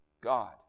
God